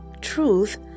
Truth